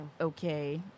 Okay